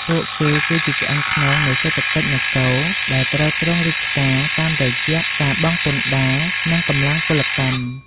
ពួកគេគឺជាឆ្អឹងខ្នងនៃសេដ្ឋកិច្ចនគរ ដែលទ្រទ្រង់រាជការតាមរយៈការបង់ពន្ធដារ និងកម្លាំងពលកម្ម។